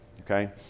okay